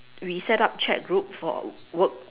we set up chat group for work